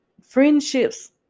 friendships